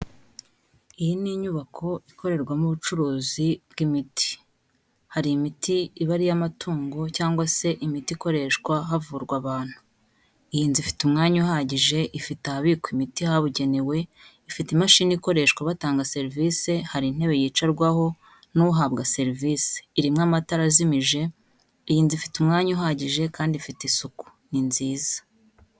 Iyi ni inyubako ikorerwamo ubucuruzi bw'imiti. Hari imiti iba ari iy'amatungo, cyangwa se imiti ikoreshwa havurwa abantu. Iyi nzu ifite umwanya uhagije, ifite ahabikwa imiti habugenewe, ifite imashini ikoreshwa batanga serivisi, hari intebe yicarwaho n'uhabwa serivise. Irimo amatara azimije, iyi nzu ifite umwanya uhagije kandi ifite isuku, ni nziza.